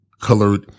colored